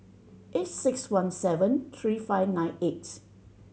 eight six one seven three five nine eight